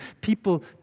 people